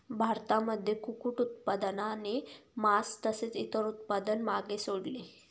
भारतामध्ये कुक्कुट उत्पादनाने मास तसेच इतर उत्पादन मागे सोडले